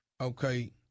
Okay